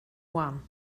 one